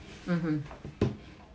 mmhmm